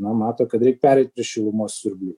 na mato kad reik pereit prie šilumos siurblių